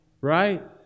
Right